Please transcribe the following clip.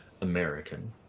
American